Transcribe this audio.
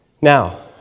now